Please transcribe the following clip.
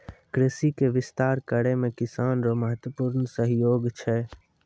कृषि के विस्तार करै मे किसान रो महत्वपूर्ण सहयोग छै